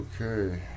okay